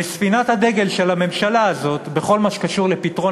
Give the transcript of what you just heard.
וספינת הדגל של הממשלה הזאת בכל מה שקשור לפתרון